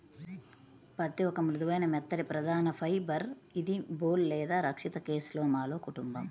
పత్తిఒక మృదువైన, మెత్తటిప్రధానఫైబర్ఇదిబోల్ లేదా రక్షిత కేస్లోమాలో కుటుంబం